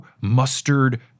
mustard